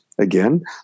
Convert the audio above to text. Again